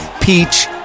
Peach